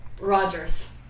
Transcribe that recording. Rogers